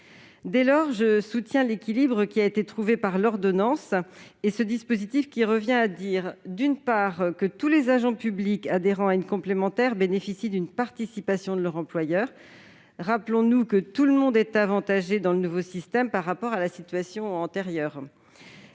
Dès lors, je soutiens l'équilibre qui a été trouvé dans l'ordonnance. J'en rappelle le dispositif : d'une part, tous les agents publics adhérant à une complémentaire bénéficient d'une participation de leur employeur, étant entendu que tout le monde est avantagé dans le nouveau système par rapport à la situation antérieure